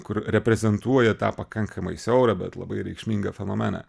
kur reprezentuoja tą pakankamai siaurą bet labai reikšmingą fenomeną